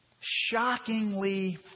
shockingly